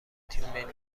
تیم